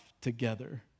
together